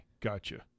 Gotcha